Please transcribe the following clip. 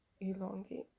elongate